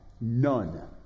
none